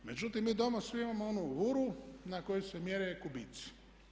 Međutim, mi doma svi imamo onu vuru na koju se mjere kubici.